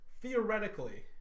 theoretically